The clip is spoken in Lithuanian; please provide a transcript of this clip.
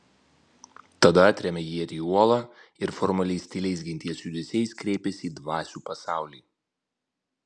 tada atrėmė ietį į uolą ir formaliais tyliais genties judesiais kreipėsi į dvasių pasaulį